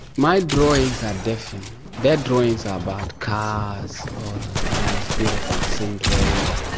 my drawings are different, their drawings are about cars, or nice beautiful cinderella,